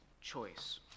choice